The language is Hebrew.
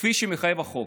כפי שמחייב החוק.